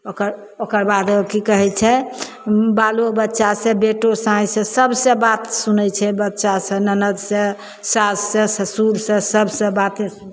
ओकर ओकर बाद की कहैत छै बालो बच्चा से बेटो से साइ से सबसे बात सुनैत छै बच्चा से ननद से सास से ससुर से सबसे बाते सुनैत छै